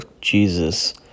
Jesus